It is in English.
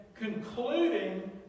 concluding